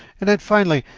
and then, finally,